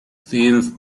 scenes